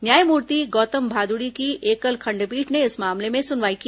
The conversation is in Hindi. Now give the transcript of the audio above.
न्यायमूर्ति गौतम भादुड़ी की एकल खंडपीठ ने इस मामले में सुनवाई की